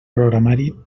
programari